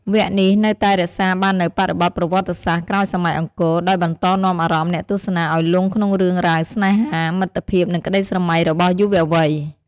វគ្គនេះនៅតែរក្សាបាននូវបរិបទប្រវត្តិសាស្ត្រក្រោយសម័យអង្គរ ដោយបន្តនាំអារម្មណ៍អ្នកទស្សនាឱ្យលង់ក្នុងរឿងរ៉ាវស្នេហា មិត្តភាព និងក្ដីស្រមៃរបស់យុវវ័យ។